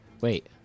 Wait